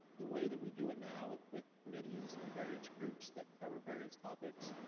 the way that we do it now, with committees and various groups that cover various topics,